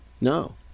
No